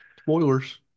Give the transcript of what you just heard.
Spoilers